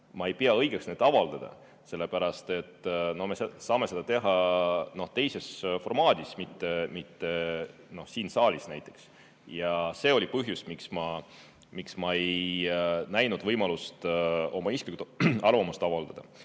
ma ei pea õigeks neid avaldada, me saame seda teha teises formaadis, mitte siin saalis. See on põhjus, miks ma ei näinud võimalust oma isiklikku arvamust avaldada.